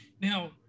Now